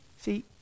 See